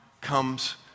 comes